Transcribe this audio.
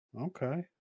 okay